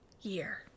year